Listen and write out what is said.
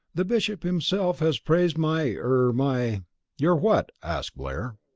the bishop himself has praised my er my your what? asked blair.